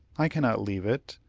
i cannot leave it.